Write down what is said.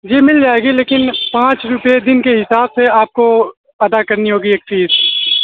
جی مل جائے گی لیکن پانچ روپیے دن کے حساب سے آپ کو ادا کرنی ہوگی ایک فیس